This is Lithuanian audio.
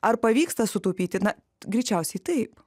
ar pavyksta sutaupyti na greičiausiai taip